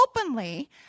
openly